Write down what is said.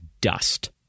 dust